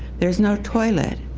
there's no toilet.